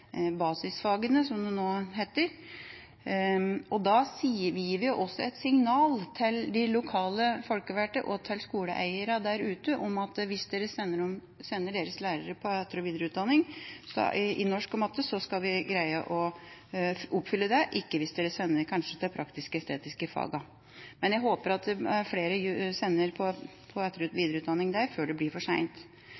basisfagene, som det heter. Da gir vi et signal til de lokale folkevalgte og til skoleeierne der ute om at hvis de sender lærerne på etter- og videreutdanning i norsk og matte, skal vi greie å oppfylle det, men ikke hvis de sender til de praktisk-estetiske fagene. Men jeg håper at flere sender til etter- og videreutdanning der før det blir for seint.